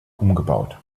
umgebaut